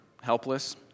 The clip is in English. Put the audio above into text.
helpless